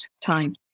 time